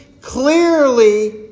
clearly